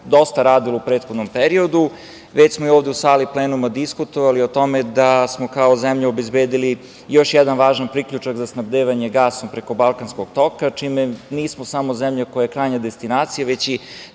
dosta radilo u prethodnom periodu. Već smo i ovde u sali plenuma diskutovali o tome da smo kao zemlja obezbedili još jedan važan priključak za snabdevanje gasom preko Balkanskog toka, čime nismo samo zemlja koja je krajnja destinacija, već i